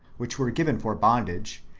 which were given for bondage,